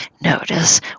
notice